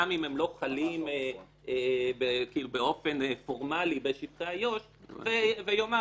גם אם הם לא חלים באופן פורמלי בשטחי איו"ש ויאמר